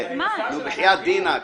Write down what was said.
נו, בחיאת דינאכ.